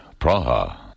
Praha